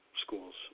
schools